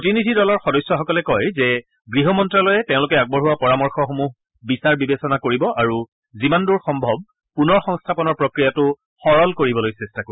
প্ৰতিনিধি দলৰ সদস্যসকলে কয় যে গৃহ মন্ত্ৰ্যালয়ে তেওঁলোকে আগবঢ়োৱা পৰামৰ্শসমূহ বিচাৰ বিবেচনা কৰিব আৰু যিমানদূৰ সম্ভৱ পুনৰ সংস্থাপনৰ প্ৰক্ৰিয়াটো সৰল কৰিবলৈ চেষ্টা কৰিব